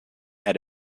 and